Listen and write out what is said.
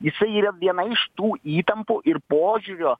jisai yra viena iš tų įtampų ir požiūrio